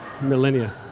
millennia